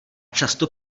často